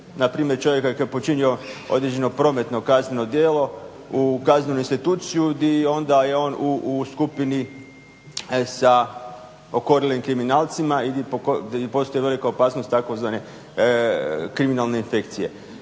npr. čovjeka koji je počinio određeno prometno kazneno djelo u kaznenu instituciju gdje onda je on u skupini sa okorjelim kriminalcima i postoji velika opasnost tzv. kriminalne …/Govornik